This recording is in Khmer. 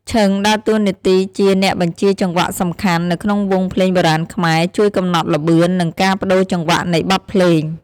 ឈិង ដើរតួនាទីជា អ្នកបញ្ជាចង្វាក់សំខាន់ នៅក្នុងវង់ភ្លេងបុរាណខ្មែរ ជួយកំណត់ល្បឿន និងការប្ដូរចង្វាក់នៃបទភ្លេង។